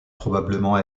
probablement